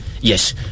Yes